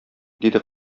диде